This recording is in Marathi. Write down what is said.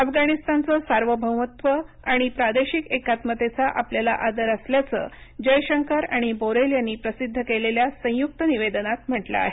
अफगाणिस्तानचं सार्वभौमत्व आणि प्रादेशिक एकात्मतेचा आपल्याला आदर असल्याचं जयशंकर आणि बोरेल यांनी प्रसिद्ध केलेल्या संयुक्त निवेदनात म्हटलं आहे